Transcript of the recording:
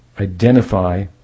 identify